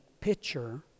picture